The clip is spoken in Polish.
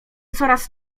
coraz